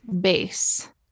base